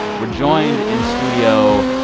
we're joined in studio